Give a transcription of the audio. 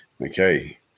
Okay